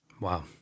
Wow